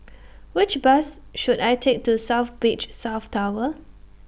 Which Bus should I Take to South Beach South Tower